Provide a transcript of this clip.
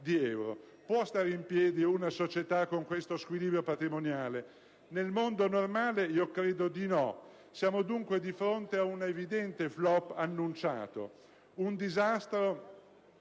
può stare in piedi una società con questo squilibrio patrimoniale? Nel mondo normale, credo di no. Siamo dunque di fronte ad un evidente *flop* annunciato, un disastro,